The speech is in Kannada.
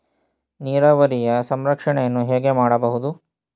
ನೀರಾವರಿಯ ಸಂರಕ್ಷಣೆಯನ್ನು ಹೇಗೆ ಮಾಡಬಹುದು?